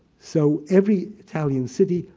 so every italian city,